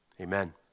Amen